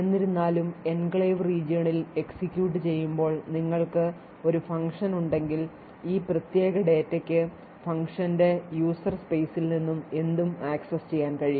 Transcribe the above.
എന്നിരുന്നാലും enclave region ൽ execute ചെയ്യുമ്പോൾ നിങ്ങൾക്ക് ഒരു ഫംഗ്ഷൻ ഉണ്ടെങ്കിൽ ഈ പ്രത്യേക ഡാറ്റയ്ക്ക് function ൻറെ user space ൽ എന്തും ആക്സസ് ചെയ്യാൻ കഴിയും